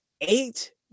eight